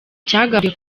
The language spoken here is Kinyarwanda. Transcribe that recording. cyagabwe